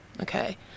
okay